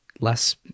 less